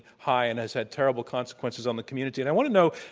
high and has had terrible consequences on the community. and i want to know,